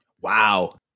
Wow